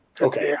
Okay